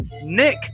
Nick